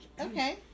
okay